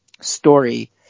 story